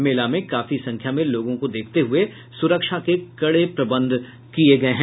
मेला में काफी संख्या में लोगों को देखते हुये सुरक्षा के कड़े प्रबंध किए गए हैं